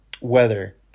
weather